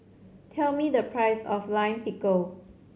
tell me the price of Lime Pickle